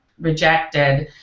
rejected